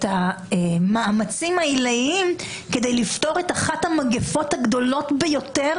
המאמצים העילאיים כדי לפתור את אחת המגפות הגדולות ביותר